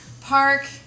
park